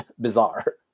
bizarre